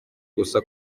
gusa